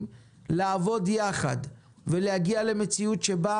לעבוד יחד ולהגיע למציאות שבה,